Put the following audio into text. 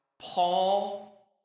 Paul